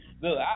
Look